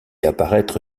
apparaître